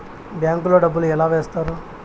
bank లో డబ్బులు ఎలా వేస్తారు